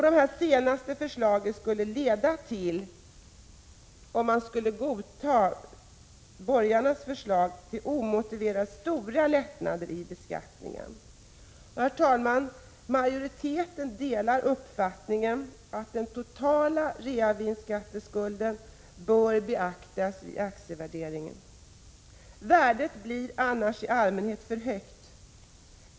Det senare förslaget skulle leda till omotiverat stora lättnader i beskattningen. Herr talman! Majoriteten delar uppfattningen att den totala reavinstskatteskulden bör beaktas vid aktievärdering. Värdet blir annars i allmänhet för högt.